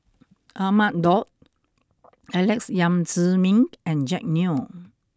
Ahmad Daud Alex Yam Ziming and Jack Neo